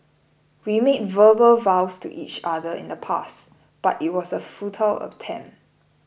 we made verbal vows to each other in the past but it was a futile attempt